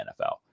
NFL